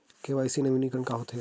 KYC नवीनीकरण का होथे?